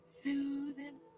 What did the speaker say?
soothing